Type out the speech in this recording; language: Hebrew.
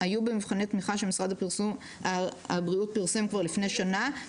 היו במבחני התמיכה שמשרד הבריאות פרסם כבר לפני שנה.